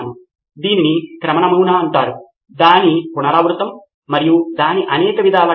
నేను మధ్యలో అడిగిన కొన్ని ప్రశ్నలతో వారు దీన్ని చేసారు తద్వారా వారి ఆలోచనను కూడా రూపొందించడంలో వారికి సహాయపడింది